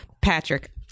Patrick